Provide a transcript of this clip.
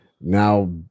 Now